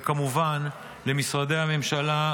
וכמובן את משרדי הממשלה,